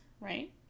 right